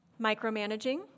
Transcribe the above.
micromanaging